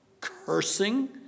cursing